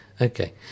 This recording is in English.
Okay